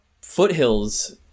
foothills